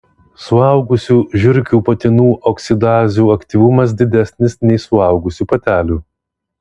suaugusių žiurkių patinų oksidazių aktyvumas didesnis nei suaugusių patelių